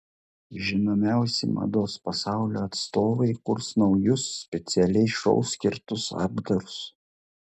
žinomiausi mados pasaulio atstovai kurs naujus specialiai šou skirtus apdarus